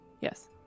Yes